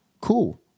cool